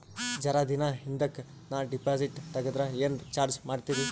ಜರ ದಿನ ಹಿಂದಕ ನಾ ಡಿಪಾಜಿಟ್ ತಗದ್ರ ಏನ ಚಾರ್ಜ ಮಾಡ್ತೀರಿ?